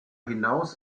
hinaus